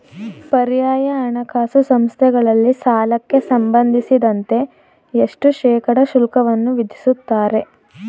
ಪರ್ಯಾಯ ಹಣಕಾಸು ಸಂಸ್ಥೆಗಳಲ್ಲಿ ಸಾಲಕ್ಕೆ ಸಂಬಂಧಿಸಿದಂತೆ ಎಷ್ಟು ಶೇಕಡಾ ಶುಲ್ಕವನ್ನು ವಿಧಿಸುತ್ತಾರೆ?